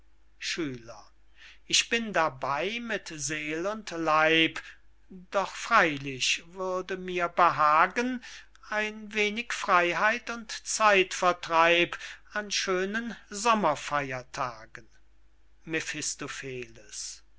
ich bin dabey mit seel und leib doch freylich würde mir behagen ein wenig freyheit und zeitvertreib an schönen sommerfeiertagen